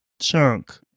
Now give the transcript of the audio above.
Chunk